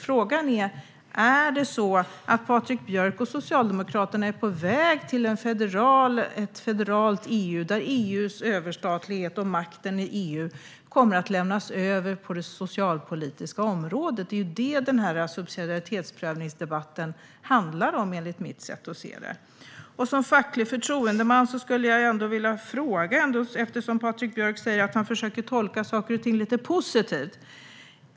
Frågan är om Patrik Björck och Socialdemokraterna är på väg mot ett federalt EU, där EU:s överstatlighet kommer att innebära att makten på det socialpolitiska området kommer att lämnas över till EU. Det är detta som denna debatt om subsidiaritetsprövningen handlar om enligt mitt sätt att se det. Jag skulle vilja ställa en fråga till Patrik Björck som facklig förtroendeman, eftersom han säger att han försöker tolka saker och ting lite positivt.